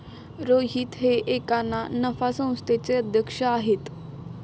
रोहित हे एका ना नफा संस्थेचे अध्यक्ष आहेत